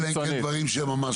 אלא אם כן דברים שהם ממש.